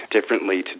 differently